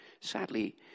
sadly